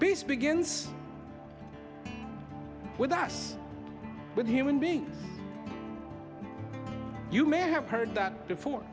peace begins with us but human being you may have heard that before